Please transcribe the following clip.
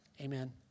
Amen